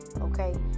okay